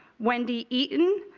wendy eaton,